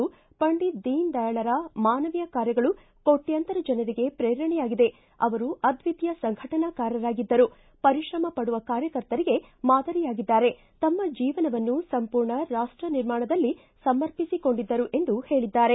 ಪಂಡಿತ್ ದೀನ್ ದಯಾಳ್ರ ಮಾನವೀಯ ಕಾರ್ಯಗಳು ಕೋಟ್ಟಂತರ ಜನರಿಗೆ ಪ್ರೇರಣೆಯಾಗಿದೆ ಅವರು ಅದ್ವಿತೀಯ ಸಂಘಟನಾಕಾರರಾಗಿದ್ದರು ಪರಿಶ್ರಮ ಪಡುವ ಕಾರ್ಯಕರ್ತರಿಗೆ ಮಾದರಿಯಾಗಿದ್ದಾರೆ ತಮ್ಮ ಜೀವನವನ್ನು ಸಂಪೂರ್ಣ ರಾಷ್ಟ ನಿರ್ಮಾಣದಲ್ಲಿ ಸಮರ್ಪಿಸಿಕೊಂಡಿದ್ದರು ಎಂದು ಹೇಳಿದ್ದಾರೆ